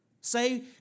Say